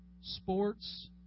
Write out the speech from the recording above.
Sports